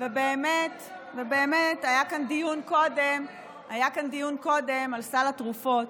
ובאמת היה כאן דיון קודם על סל התרופות,